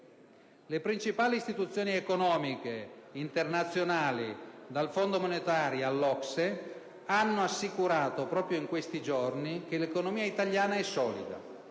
Le principali istituzioni economiche internazionali, dal Fondo monetario all'OCSE, hanno assicurato proprio in questi giorni che l'economia italiana è solida